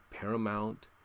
Paramount